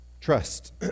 trust